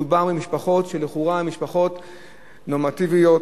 מדובר במשפחות שלכאורה הן נורמטיביות,